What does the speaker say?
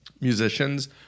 musicians